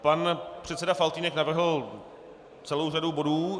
Pan předseda Faltýnek navrhl celou řadu bodů.